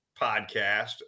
podcast